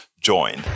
join